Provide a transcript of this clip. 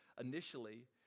initially